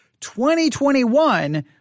2021